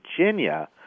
Virginia